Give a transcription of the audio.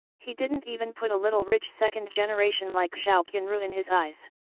he didn't even put a little rich second generation like zhao qianru in his eyes.